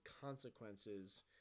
consequences